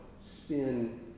spin